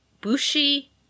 bushi